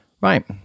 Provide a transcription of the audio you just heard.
Right